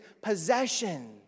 possession